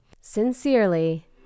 Sincerely